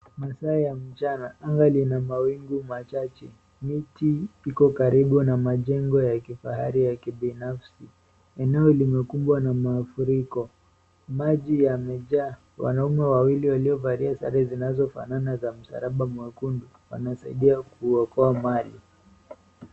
Masaa ya mchana. Anga lina mawingu machache. Miti iko karibu na majengo ya kifahari ya kibinafsi. Eneo limekumbwa na mafuriko. Maji yamejaa. Wanaume wawili waliovalia sare zinazofanana za msalaba mwekundu wanasaidia kuokoa maji.